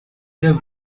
der